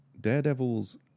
Daredevil's